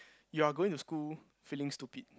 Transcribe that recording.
you are going to school feeling stupid